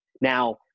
Now